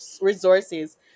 resources